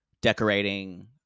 decorating